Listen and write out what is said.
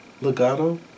legato